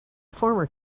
former